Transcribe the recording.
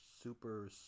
super